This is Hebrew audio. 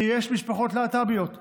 שיש משפחות להט"ביות שמחות,